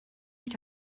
гэж